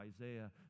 Isaiah